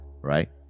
right